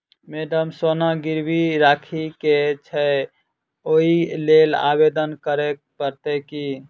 Madam सोना गिरबी राखि केँ छैय ओई लेल आवेदन करै परतै की?